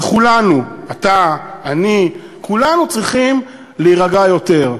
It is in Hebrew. וכולנו, אתה, אני, כולנו צריכים להירגע יותר.